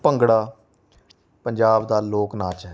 ਭੰਗੜਾ ਪੰਜਾਬ ਦਾ ਲੋਕ ਨਾਚ ਹੈ